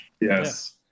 yes